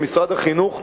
משרד החינוך,